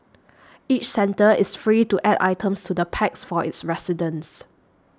each centre is free to add items to the packs for its residents